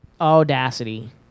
Audacity